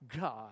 God